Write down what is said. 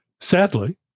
Sadly